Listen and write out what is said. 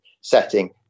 setting